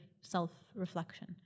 self-reflection